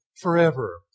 forever